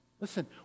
Listen